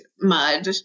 mud